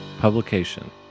publication